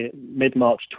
mid-March